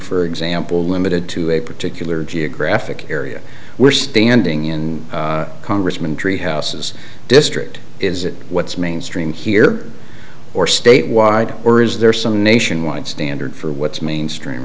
for example limited to a particular geographic area we're standing in congressman treehouses district is it what's mainstream here or state wide or is there some nationwide standard for what's mainstream